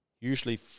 usually